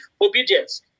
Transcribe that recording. obedience